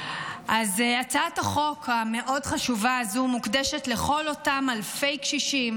הצעת החוק המאוד-חשובה הזאת מוקדשת לכל אותם אלפי קשישים